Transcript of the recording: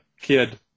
kid